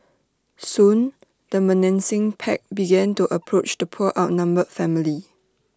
soon the menacing pack began to approach the poor outnumbered family